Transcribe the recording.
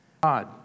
God